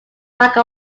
like